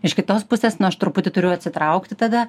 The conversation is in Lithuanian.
iš kitos pusės nu aš truputį turiu atsitraukti tada